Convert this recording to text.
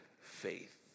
faith